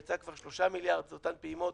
יצאו כבר 3 מיליארד באותן פעימות